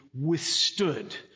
withstood